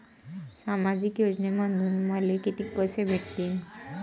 सामाजिक योजनेमंधून मले कितीक पैसे भेटतीनं?